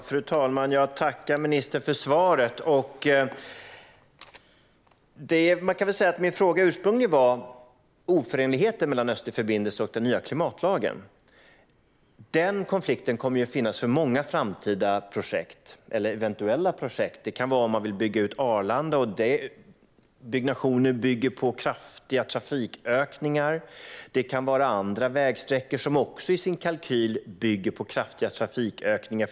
Fru talman! Jag tackar ministern för svaret. Min fråga gällde ursprungligen oförenligheten mellan Östlig förbindelse och den nya klimatlagen. Den konflikten kommer att finnas för många framtida projekt eller eventuella projekt. Det kan vara om man vill bygga ut Arlanda. Den byggnationen bygger på kraftiga trafikökningar. Det kan vara andra vägsträckor som i sin kalkyl bygger på kraftiga trafikökningar.